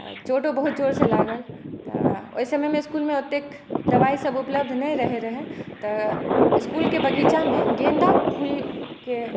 आओर चोटो बहुत जोरसँलागल तऽ ओहि समयमे इसकुलमे ओतेक दबाइसब उपलब्ध नहि रहै रहै तऽ इसकुलके बगीचामे गेन्दा फूलके